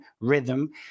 rhythm